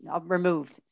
removed